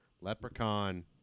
Leprechaun